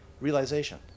realization